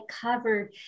covered